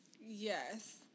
Yes